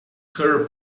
her